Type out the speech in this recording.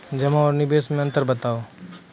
जमा आर निवेश मे अन्तर बताऊ?